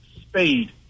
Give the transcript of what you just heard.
speed